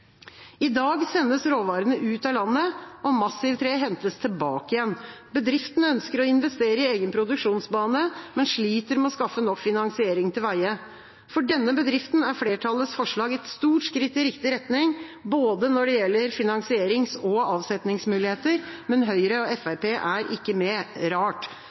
I dag sendes råvarene ut av landet, og massivtre hentes tilbake igjen. Bedriften ønsker å investere i egen produksjonsbane, men sliter med å skaffe nok finansiering til veie. For denne bedriften er flertallets forslag et stort skritt i riktig retning, når det gjelder både finansierings- og avsetningsmuligheter, men Høyre og Fremskrittspartiet er ikke med. Det er rart,